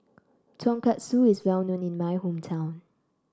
Tonkatsu is well known in my hometown